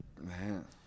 Man